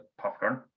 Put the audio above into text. popcorn